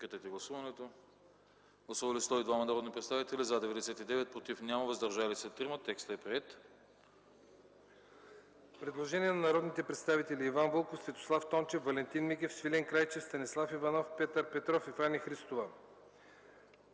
предложението на народните представители